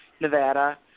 Nevada